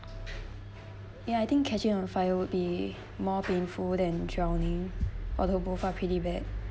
ya I think catching on fire would be more painful than drowning although both are pretty bad